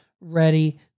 ready